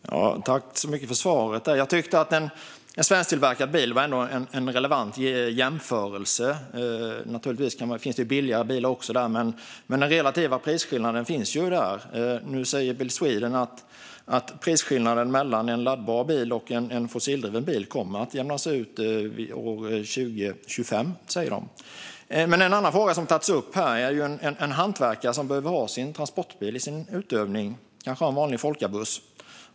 Herr talman! Jag tackar så mycket för svaret. Jag tyckte att en svensktillverkad bil var en relevant jämförelse. Naturligtvis finns det billigare bilar, men den relativa prisskillnaden finns där. Nu säger Bil Sweden att prisskillnaden mellan en laddbar bil och en fossildriven bil kommer att jämnas ut år 2025. Men en annan fråga som har tagits upp här gäller en hantverkare som behöver ha en transportbil i sin yrkesutövning. Hantverkaren har kanske en vanlig folkabuss.